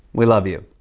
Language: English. we love you.